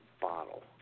bottle